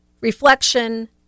reflection